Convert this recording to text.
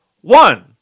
One